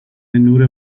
نور